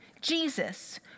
Jesus